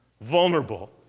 vulnerable